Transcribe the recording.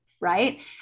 right